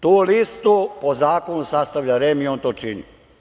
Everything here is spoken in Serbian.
Tu listu po zakonu sastavlja REM i on to čini.